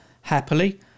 happily